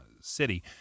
city